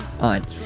on